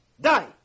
Die